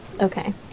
Okay